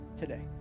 today